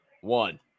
one